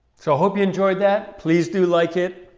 so i hope you enjoyed that! please do like it!